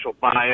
bias